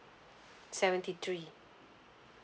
seventy three